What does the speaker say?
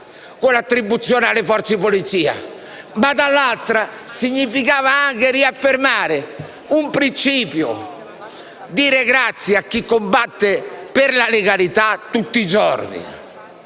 con l'attribuzione alle forze di polizia; ma, dall'altra, significava anche riaffermare un principio e dire grazie a chi combatte per la legalità tutti i giorni.